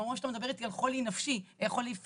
כלומר, אתה מדבר איתי על חולי נפשי, חולי פיזי,